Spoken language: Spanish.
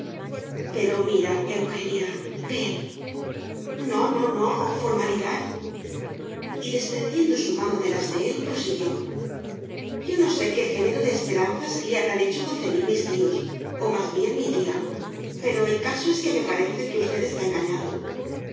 pero mira eugenia ven no no no formalidad y desprendiendo su mano de las de él prosiguió yo no sé qué género de esperanzas le habrán hecho concebir mis tíos o más bien mi tía pero el caso es que me parece que usted está engañado